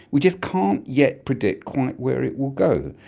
we just can't yet predict quite where it will go.